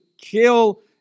kill